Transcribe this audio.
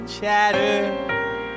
chatter